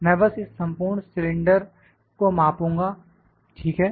मैं बस इस संपूर्ण सिलेंडर को मापुंगा ठीक है